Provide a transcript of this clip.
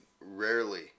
rarely